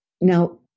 Now